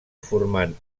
formant